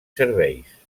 serveis